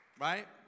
Right